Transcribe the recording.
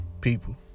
people